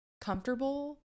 comfortable